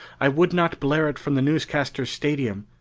i would not blare it from the newscasters' stadium,